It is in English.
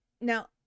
now